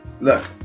Look